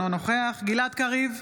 אינו נוכח גלעד קריב,